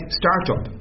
startup